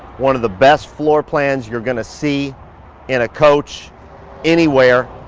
one of the best floor plans you're gonna see in a coach anywhere.